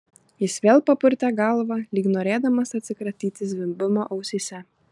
jis vėl papurtė galvą lyg norėdamas atsikratyti zvimbimo ausyse